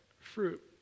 fruit